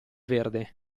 verde